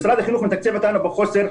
משרד החינוך מתקצב אותנו בחוסר.